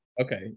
Okay